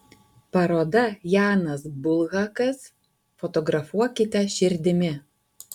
paroda janas bulhakas fotografuokite širdimi